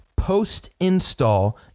post-install